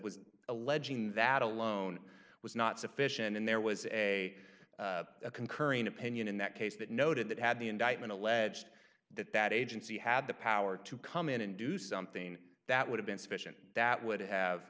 was alleging that alone was not sufficient and there was a concurring opinion in that case that noted that had the indictment alleged that that agency had the power to come in and do something that would have been sufficient that would